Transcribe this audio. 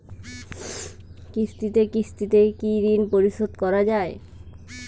কিস্তিতে কিস্তিতে কি ঋণ পরিশোধ করা য়ায়?